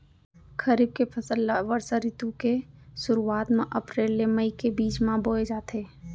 खरीफ के फसल ला बरसा रितु के सुरुवात मा अप्रेल ले मई के बीच मा बोए जाथे